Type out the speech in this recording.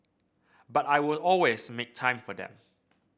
but I will always make time for them